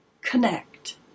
Connect